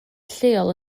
lleol